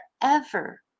forever